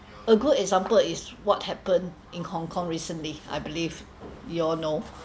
a good example is what happened in Hong-Kong recently I believe you all know